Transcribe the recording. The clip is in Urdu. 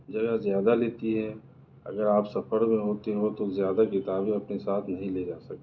جگہ زیادہ لیتی ہے اگر آپ سفر میں ہوتے ہوں تو زیادہ کتابیں اپنے ساتھ نہیں لے جا سکتے